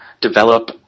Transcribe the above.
develop